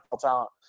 talent